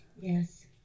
yes